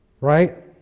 Right